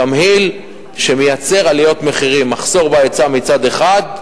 תמהיל שמייצר עליות מחירים, מחסור בהיצע, מצד אחד,